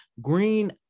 Green